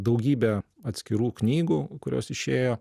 daugybę atskirų knygų kurios išėjo